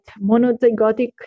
monozygotic